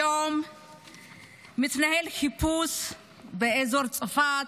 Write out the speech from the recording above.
היום מתנהל חיפוש באזור צפת